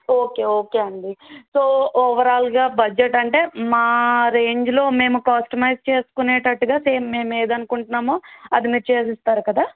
okay okay ఆండీ so ఓవరాల్గా budget అంటే మా రేంజ్లో మేము కస్టమైజ్ చేసుకోనెటట్టుగా తే మేము ఏదనుకుంటున్నామో అది మీరు చేసిస్తారు కదా